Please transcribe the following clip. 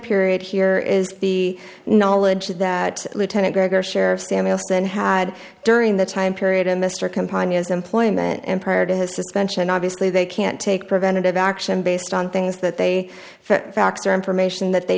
period here is the knowledge that lieutenant gregor sheriff samuelson had during the time period in mr companions employment and prior to his suspension obviously they can't take preventative action based on things that they factor information that they